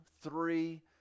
three